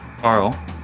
Carl